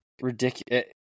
ridiculous